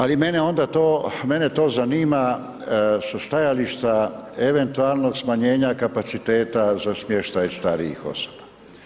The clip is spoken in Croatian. Ali mene onda to, mene to zanima sa stajališta eventualnog smanjenja kapaciteta za smještaj starijih osoba.